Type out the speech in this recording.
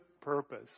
purpose